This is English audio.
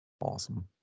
awesome